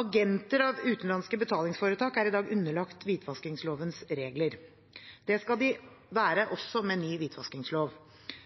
Agenter av utenlandske betalingsforetak er i dag underlagt hvitvaskingslovens regler. Det skal de være også med ny hvitvaskingslov.